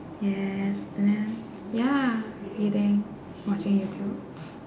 yes and then ya reading watching youtube